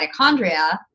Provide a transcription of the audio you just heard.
mitochondria